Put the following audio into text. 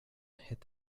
hit